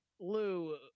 Lou